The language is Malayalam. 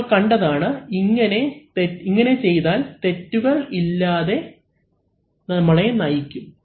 നമ്മൾ കണ്ടതാണ് ഇങ്ങനെ ചെയ്താൽ തെറ്റുകൾ ഇല്ലാത്ത പ്രോഗ്രാമിലോട്ടു നമ്മളെ നയിക്കും